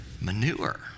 Manure